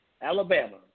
Alabama